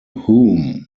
whom